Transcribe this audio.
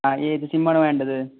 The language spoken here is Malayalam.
ആ ഏത് സിമ്മാണ് വേണ്ടത്